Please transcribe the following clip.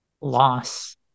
loss